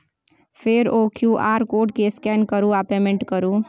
फेर ओ QR code केँ स्कैन करु आ पेमेंट करु